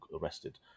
arrested